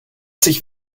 sich